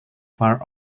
far